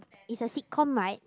is a Sitcom right